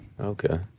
Okay